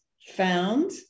Found